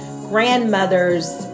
grandmother's